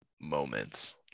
moments